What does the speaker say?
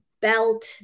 belt